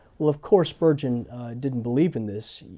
well of course spurgeon didn't believe in this.